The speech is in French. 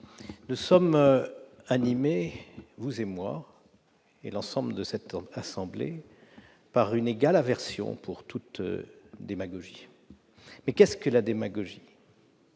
Nous sommes animés, vous, moi et l'ensemble de cette assemblée, par une égale aversion envers toute démagogie. Mais qu'est-ce que la démagogie ?